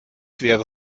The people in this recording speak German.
wäre